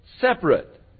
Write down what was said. Separate